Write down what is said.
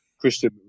Christian